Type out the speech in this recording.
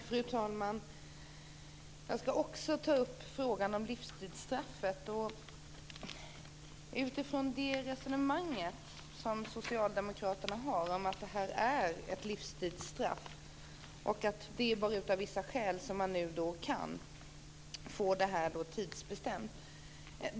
Fru talman! Jag ska också ta upp frågan om livstidsstraffet utifrån det resonemang som socialdemokraterna har om att detta är ett livstidsstraff och att det bara är av vissa skäl som man nu kan få detta tidsbestämt.